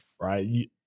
right